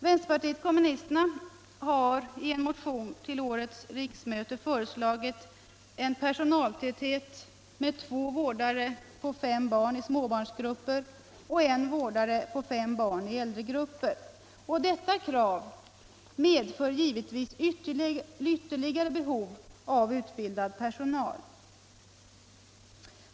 Vänsterpartiet kommunisterna har i en motion till årets riksmöte föreslagit en personaltäthet som innebär två vårdare på fem barn i småbarnsgrupper och en vårdare på fem barn i äldregrupper. Detta förslag medför givetvis ytterligare behov av utbildad personal.